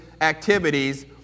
activities